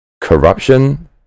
Corruption